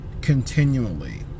continually